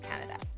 Canada